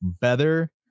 better